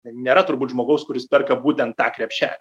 nėra turbūt žmogaus kuris perka būtent tą krepšelį